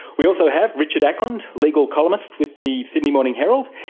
we also have richard ackland, legal columnist with the sydney morning herald.